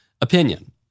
opinion